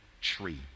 tree